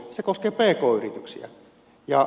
se koskee pk yrityksiä